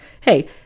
Hey